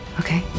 okay